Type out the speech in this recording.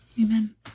Amen